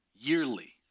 yearly